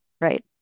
right